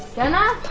jenna?